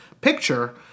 picture